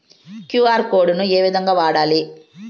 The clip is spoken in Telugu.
క్యు.ఆర్ కోడ్ ను ఏ విధంగా వాడాలి?